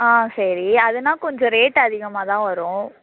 ஆ சரி அதுன்னால் கொஞ்சம் ரேட்டு அதிகமாக தான் வரும்